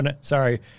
sorry